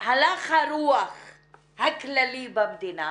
שהלך הרוח הכללי במדינה